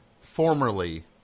formerly